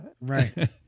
Right